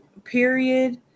Period